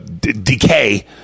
decay